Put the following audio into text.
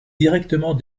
directement